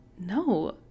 No